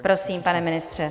Prosím, pane ministře.